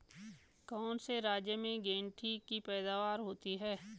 कौन से राज्य में गेंठी की पैदावार होती है?